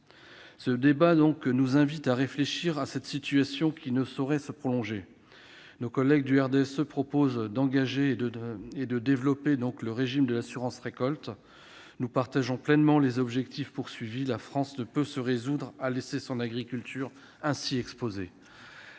Ce débat nous invite à réfléchir à cette situation qui ne saurait se prolonger. Nos collègues du RDSE proposent d'encourager et de développer le régime de l'assurance récolte. Nous partageons pleinement les objectifs des auteurs de la proposition de résolution. La France ne peut se résoudre à laisser son agriculture ainsi exposée.